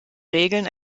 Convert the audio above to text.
regeln